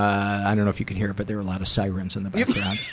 i don't know if you could hear, but there were loud sirens in the background.